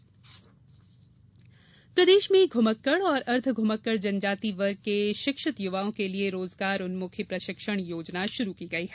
रोजगार प्रशिक्षण योजना प्रदेश में घुमक्कड़ और अर्द्वघुमक्कड़ जनजाति वर्ग के शिक्षित युवाओं के लिये रोजगार उन्मुखी प्रशिक्षण योजना शुरु की गयी है